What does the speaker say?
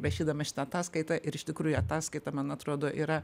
rašydama šitą ataskaitą ir iš tikrųjų ataskaita man atrodo yra